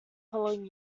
following